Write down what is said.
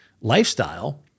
lifestyle